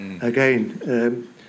again